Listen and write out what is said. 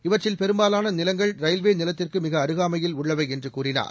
இவற்றில் பெரும்பாவான நிலங்கள் ரயில்வே நிலையத்திற்கு மிக அருகாமையில் உள்ளவை என்று கூறினார்